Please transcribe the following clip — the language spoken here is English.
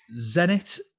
Zenit